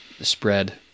spread